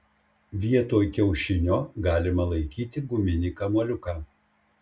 vietoj kiaušinio galima laikyti guminį kamuoliuką